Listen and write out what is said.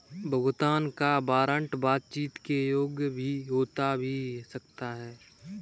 भुगतान का वारंट बातचीत के योग्य हो भी सकता है